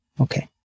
Okay